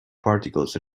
particles